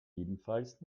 jedenfalls